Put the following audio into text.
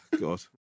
God